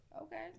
Okay